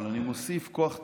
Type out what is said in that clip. אבל אני מוסיף: כוח תיאורטי.